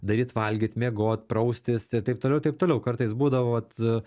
daryt valgyt miegot praustis ir taip toliau taip toliau kartais būdavo vat